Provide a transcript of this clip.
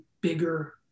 bigger